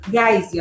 guys